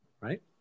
right